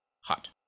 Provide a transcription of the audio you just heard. Hot